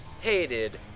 hated